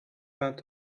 went